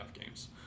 games